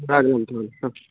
হ্যাঁ